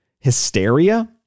hysteria